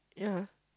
yeah